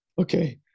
Okay